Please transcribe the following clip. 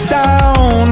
down